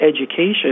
education